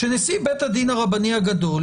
נעשה בשבילכם.